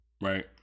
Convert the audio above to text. right